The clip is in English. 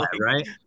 Right